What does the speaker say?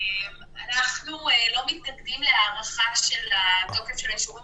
אנו לא מתנגדים להארכה של תוקף האישורים